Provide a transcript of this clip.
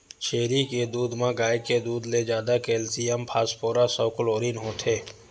छेरी के दूद म गाय के दूद ले जादा केल्सियम, फास्फोरस अउ क्लोरीन होथे